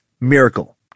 miracle